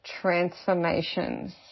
transformations